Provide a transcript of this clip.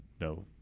no